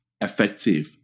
effective